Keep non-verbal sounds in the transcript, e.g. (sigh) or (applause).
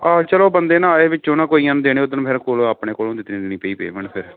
ਆਹ ਚਲੋ ਬੰਦੇ ਨਾ ਆਏ ਵਿੱਚੋਂ ਨਾ ਕਈਆਂ ਨੂੰ ਦੇਣੇ ਉਦਣ ਮੇਰੇ ਕੋਲੋਂ ਆਪਣੇ ਕੋਲੋਂ (unintelligible) ਦੇਣੀ ਪਈ ਪੇਮੈਂਟ ਫਿਰ